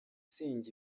usenga